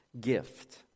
gift